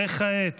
וכעת